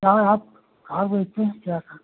sir आप car बेचते हैं क्या सर